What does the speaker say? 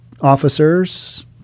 officers